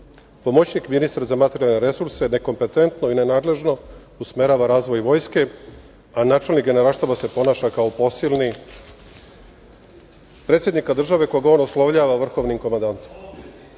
Pomoćnik ministra za materijalne resurse nekompetentno i nenadležno usmerava razvoj vojske, a načelnik Generalštaba se ponaša kao posilni predsednika države, koga od oslovljava vrhovnim komandantom. Vojska